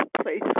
place